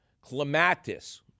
clematis